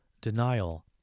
denial